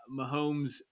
mahomes